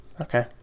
Okay